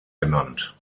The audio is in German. genannt